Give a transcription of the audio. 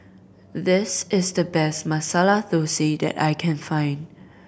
this is the best Masala Thosai that I can find